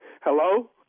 Hello